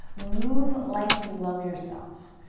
move like you love yourself.